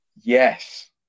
Yes